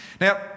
Now